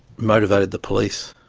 motivated the police.